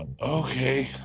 Okay